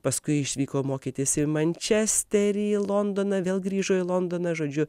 paskui išvyko mokytis į mančesterį į londoną vėl grįžo į londoną žodžiu